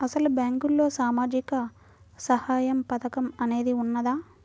అసలు బ్యాంక్లో సామాజిక సహాయం పథకం అనేది వున్నదా?